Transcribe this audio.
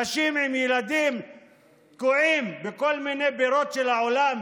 נשים עם ילדים תקועים בכל מיני בירות של העולם,